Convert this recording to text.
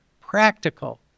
practical